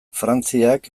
frantziak